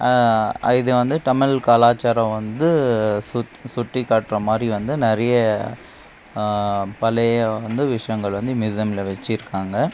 இது வந்து தமிழ் கலாச்சாரம் வந்து சுட்டிக்காட்டுகிற மாதிரி வந்து நிறைய பழைய வந்து விஷயங்கள் வந்து மியூசியத்ல் வெச்சுருக்காங்க